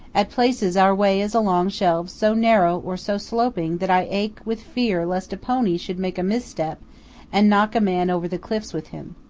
at places our way is along shelves so narrow or so sloping that i ache with fear lest a pony should make a misstep and knock a man over the cliffs with him.